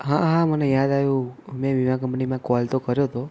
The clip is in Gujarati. હા હા મને યાદ આવ્યું મેં વીમા કંપનીમાં કોલ તો કર્યો હતો